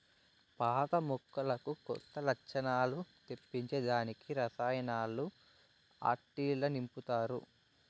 పాత మొక్కలకు కొత్త లచ్చణాలు తెప్పించే దానికి రసాయనాలు ఆట్టిల్ల నింపతారు